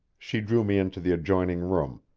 she drew me into the adjoining room,